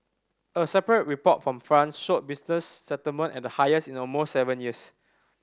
a separate report from France showed business sentiment at the highest in almost seven years